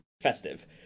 festive